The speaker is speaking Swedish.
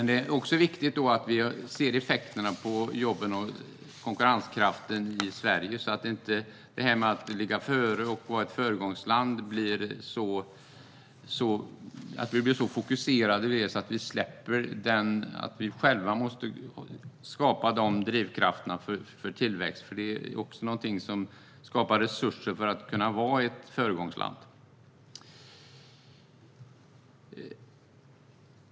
Det är viktigt att vi ser effekterna på jobben och konkurrenskraften i Sverige så att vi inte blir så fokuserade på att ligga före och vara ett föregångsland att vi släpper att vi själva måste skapa drivkrafter för tillväxt. Det skapar resurser för att kunna vara ett föregångsland.